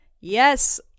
yes